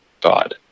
God